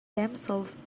themselves